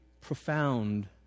profound